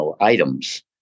items